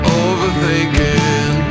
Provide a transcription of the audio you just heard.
overthinking